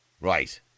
Right